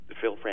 Phil